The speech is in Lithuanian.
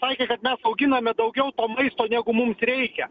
sakė kad mes auginame daugiau maisto negu mums reikia